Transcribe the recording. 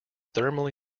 thermally